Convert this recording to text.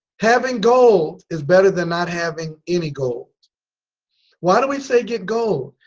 having gold is better than not having any gold why do we say get gold?